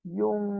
yung